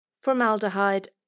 formaldehyde